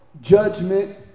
Judgment